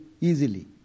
easily